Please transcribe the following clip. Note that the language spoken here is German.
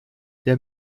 der